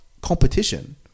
competition